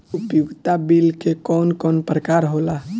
उपयोगिता बिल के कवन कवन प्रकार होला?